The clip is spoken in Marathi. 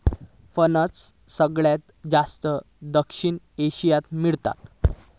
फणस सगळ्यात जास्ती दक्षिण आशियात मेळता